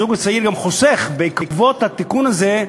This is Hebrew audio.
הזוג הצעיר גם חוסך בעקבות התיקון הזה,